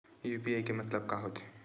UPI के मतलब का होथे?